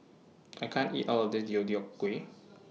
I can't eat All of This Deodeok Gui